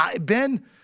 Ben